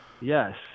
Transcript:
Yes